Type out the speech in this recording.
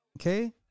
Okay